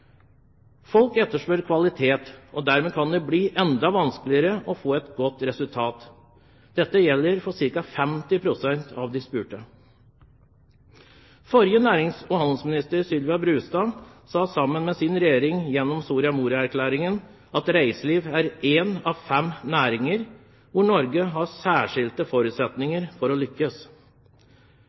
Folk etterspør kvalitet, og dermed kan det bli enda vanskeligere å få et godt resultat. Dette gjelder for ca. 50 pst. av de spurte. Forrige nærings- og handelsminister, Sylvia Brustad, sa gjennom sin regjerings Soria Moria-erklæring at reiseliv er en av fem næringer hvor Norge har særskilte forutsetninger for å lykkes.